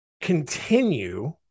continue